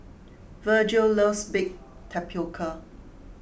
Virgil loves Baked Tapioca